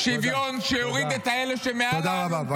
-- שוויון שיוריד את אלה שמעל האלונקה -- תודה רבה.